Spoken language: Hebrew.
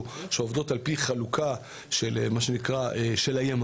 שעובדות על פי חלוקה של היממה,